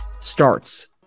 starts